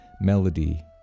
melody